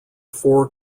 four